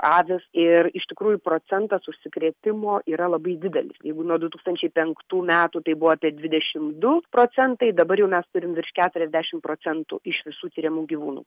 avys ir iš tikrųjų procentas užsikrėtimų yra labai didelis jeigu nuo du tūkstančiai penktų metų tai buvo apie dvidešimt du procentai dabar jau mes turim virš keturiasdešimt procentų iš visų tiriamų gyvūnų